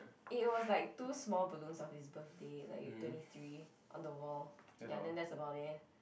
it was like two small balloons of his birthday like twenty three on the wall ya then that's about it